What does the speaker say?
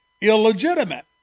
illegitimate